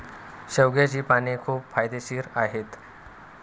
शेवग्याची पाने खूप फायदेशीर आहेत